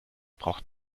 braucht